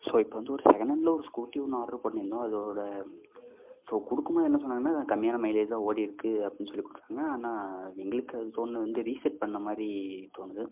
so இப்போ வந்து ஒரு செகணென்ட்டில் ஒரு ஸ்கூட்டி ஒன்று ஆர்டர் பண்ணிருந்தோம் அதோட ஸோ கொடுக்கும் போது என்ன சொன்னாங்கன்னா கம்மியான மயிலேஜ் தான் ஓடிருக்கு அப்படினு சொல்லி கொடுத்தாங்க ஆனால் எங்களுக்கு அது தோண்றது வந்து ரீசெட் பண்ண மாதிரி தோணுறுது